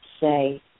say